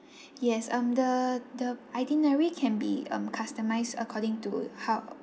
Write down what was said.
yes um the the itinerary can be um customised according to how